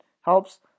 helps